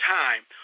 time